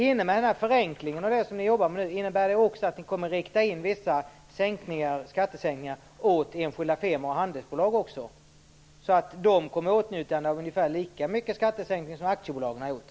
Innebär den förenkling som ni jobbar med nu att ni också kommer att rikta in vissa skattesänkningar på enskilda firmor och handelsbolag så att de kommer i åtnjutande av ungefär lika stora skattesänkningar som aktiebolagen har gjort?